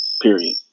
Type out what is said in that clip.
period